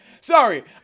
Sorry